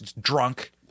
drunk